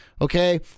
Okay